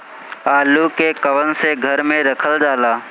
आलू के कवन से घर मे रखल जाला?